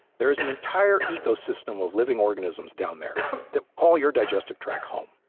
there is an entire ecosystem of living organisms down there that call your digestive tract home.